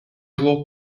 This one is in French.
jours